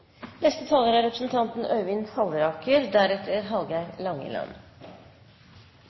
Neste taler er Ingjerd Schou. Representanten